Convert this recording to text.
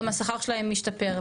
גם השכר שלהם משתפר,